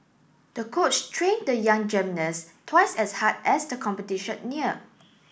the coach trained the young gymnast twice as hard as the competition neared